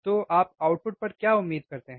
तो आप आउटपुट पर क्या उम्मीद करते हैं